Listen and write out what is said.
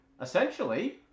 essentially